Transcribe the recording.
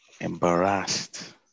embarrassed